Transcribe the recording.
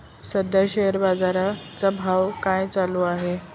सध्या शेअर बाजारा चा भाव काय चालू आहे?